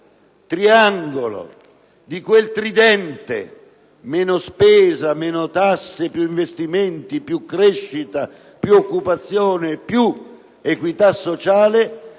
triangolo, di quel tridente - meno spesa, meno tasse, più investimenti (e quindi più crescita, più occupazione, più equità sociale)